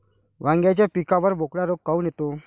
वांग्याच्या पिकावर बोकड्या रोग काऊन येतो?